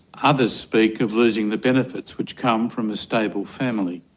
others speak of losing the benefits which come from a stable family,